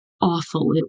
awful